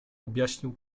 objaśnił